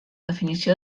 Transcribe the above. definició